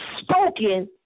spoken